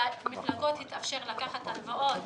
למפלגות מתאפשר לקחת הלוואות